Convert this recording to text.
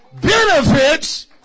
benefits